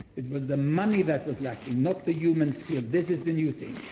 it was the money that was lacking, not the human skill. this is the new thing.